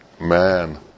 man